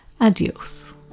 Adios